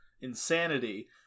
insanity